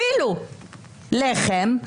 אפילו לחם,